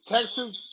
Texas